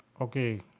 Okay